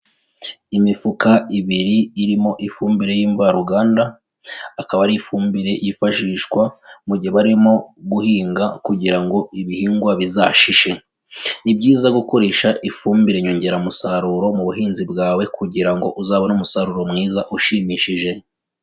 Imifuka ibiri irimo ifumbire y'imvaruganda, akaba ari ifumbire yifashishwa mu gihe barimo guhinga kugira ngo ibihingwa bizashishe, ni byiza gukoresha ifumbire nyongeramusaruro mu buhinzi bwawe kugira ngo uzabone umusaruro mwiza ushimishije.